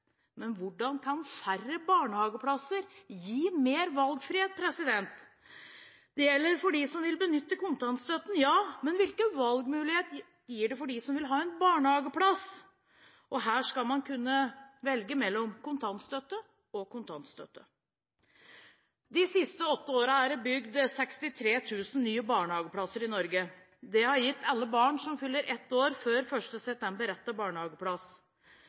Men hvordan kan færre barnehageplasser gi mer valgfrihet? Det gjelder for dem som vil benytte kontantstøtten, ja. Men hvilke valgmuligheter gir det for dem som vil ha en barnehageplass? Her skal man kunne velge mellom kontantstøtte – og kontantstøtte. De siste åtte årene er det bygget 63 000 nye barnehageplasser i Norge. Det har gitt alle barn som fyller ett år før 1. september, rett til barnehageplass.